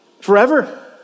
forever